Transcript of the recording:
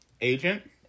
agent